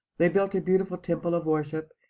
they built a beautiful temple of worship.